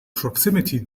proximity